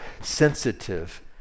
sensitive